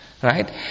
Right